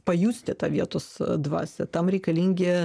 pajusti tą vietos dvasią tam reikalingi